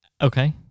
Okay